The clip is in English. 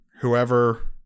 whoever